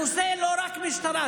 הנושא זה לא רק משטרה.